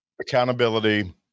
accountability